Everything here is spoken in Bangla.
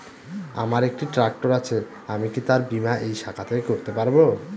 আমার একটি ট্র্যাক্টর আছে আমি কি তার বীমা এই শাখা থেকে করতে পারব?